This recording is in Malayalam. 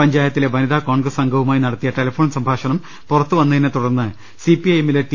പഞ്ചായത്തിലെ വനിതാ കോൺഗ്രസ് അംഗവുമായി നടത്തിയ ടെലഫോൺ സംഭാഷണം പുറത്തുവന്നതിനെ തുടർന്ന് സി പി ഐ എമ്മിലെ ടി